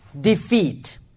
Defeat